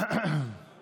אין